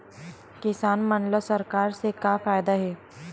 किसान मन ला सरकार से का फ़ायदा हे?